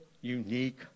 unique